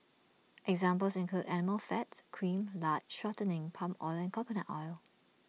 examples include animal fat cream lard shortening palm oil and coconut oil